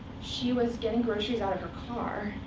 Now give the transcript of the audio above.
she was getting groceries out and her car,